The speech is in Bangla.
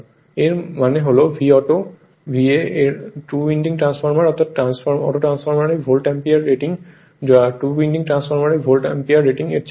এর মানে হল VAuto VA এর টু উইন্ডিং ট্রান্সফরমার অর্থাৎ অটোট্রান্সফরমারের ভোল্ট অ্যাম্পিয়ার রেটিং বা টু উইন্ডিং ট্রান্সফরমারের ভোল্ট অ্যাম্পিয়ার রেটিং এর চেয়ে বড়